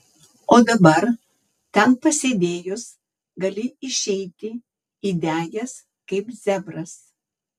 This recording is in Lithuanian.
o dabar ten pasėdėjus gali išeiti įdegęs kaip zebras